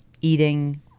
eating